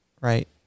right